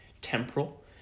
temporal